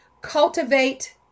cultivate